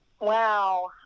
Wow